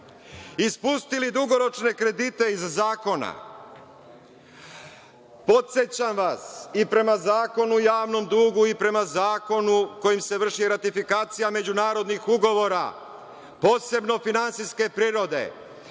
Ispustili dugoročne kredite iz zakona. Podsećam vas, i prema Zakona o javnom dugu i prema zakonu kojim se vrši ratifikacija međunarodnih ugovora, posebno finansijske prirode,